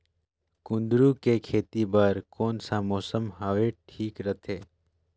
कुंदूरु के खेती बर कौन सा मौसम हवे ठीक रथे?